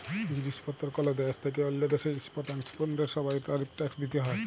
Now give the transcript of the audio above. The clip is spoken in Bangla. জিলিস পত্তর কল দ্যাশ থ্যাইকে অল্য দ্যাশে ইম্পর্ট এক্সপর্টের সময় তারিফ ট্যাক্স দ্যিতে হ্যয়